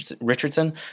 Richardson